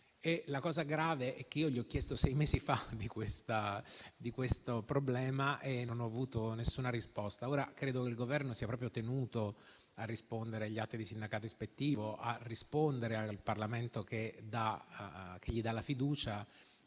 La cosa grave è che io gli ho chiesto sei mesi fa di questo problema e non ho avuto alcuna risposta. Credo che il Governo sia proprio tenuto a rispondere agli atti di sindacato ispettivo, al Parlamento che gli dà la fiducia.